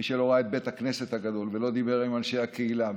מי שלא ראה את בית הכנסת הגדול ולא דיבר עם אנשי הקהילה,